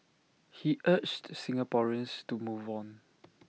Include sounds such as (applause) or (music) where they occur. he urged Singaporeans to move on (noise)